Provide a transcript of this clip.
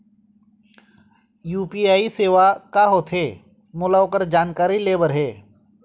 UPI सेवा का होथे ओकर मोला ओकर जानकारी ले बर हे?